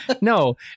no